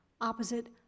opposite